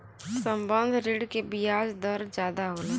संबंद्ध ऋण के बियाज दर जादा होला